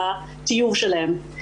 והטיוב שלהם.